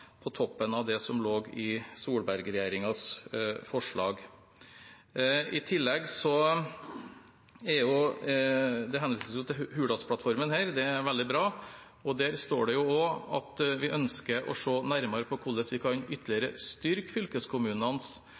på toppen av det som lå i Solberg-regjeringens forslag. I tillegg henvises det til Hurdalsplattformen her. Det er veldig bra. Der står det at vi ønsker å se nærmere på hvordan vi ytterligere kan styrke fylkeskommunenes